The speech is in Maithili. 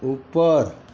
ऊपर